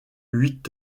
huit